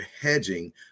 hedging